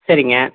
சரிங்க